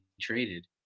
traded